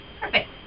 Perfect